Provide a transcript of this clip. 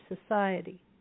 society